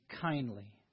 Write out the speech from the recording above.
kindly